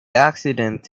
accident